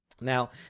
Now